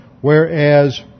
Whereas